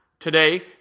Today